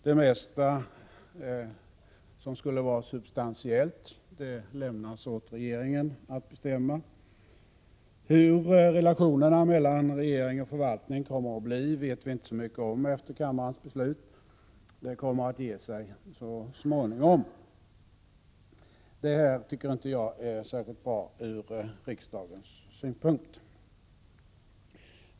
Det mesta som skulle kunna vara substantiellt lämnas åt regeringen att bestämma. Hur relationerna mellan regering och förvaltning kommer att bli efter kammarens beslut vet vi inte så mycket om. Det kommer att ge sig så småningom. Detta tycker inte jag är särskilt bra ur riksdagens synpunkt.